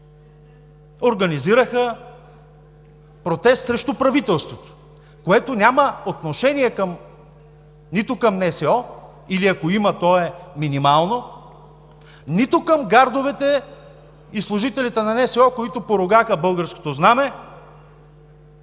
организираха протест срещу правителството, което няма отношение нито към НСО или ако има, то е минимално, нито към гардовете и служителите на НСО, които поругаха българското знаме